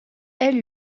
elle